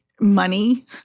money